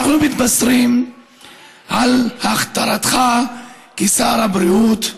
אנחנו מתבשרים על הכתרתך לשר הבריאות,